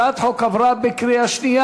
הצעת החוק עברה בקריאה שנייה.